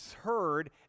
heard